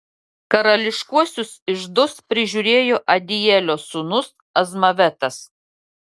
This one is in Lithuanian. karališkuosius iždus prižiūrėjo adielio sūnus azmavetas